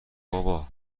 بابا